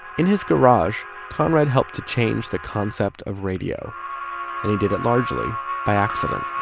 in his garage, conrad helped to change the concept of radio and he did it largely by accident